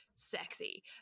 sexy